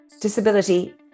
Disability